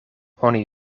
oni